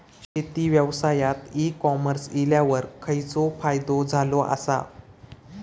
शेती व्यवसायात e commerce इल्यावर खयचो फायदो झालो आसा?